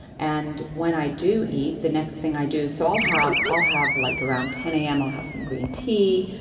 and when i do eat the next thing i do, so i'll have i'll have like around ten zero a m, i'll have some green tea.